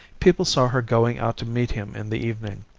people saw her going out to meet him in the evening.